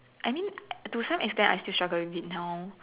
I mean to some extend I still struggle with it now